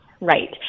right